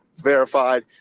verified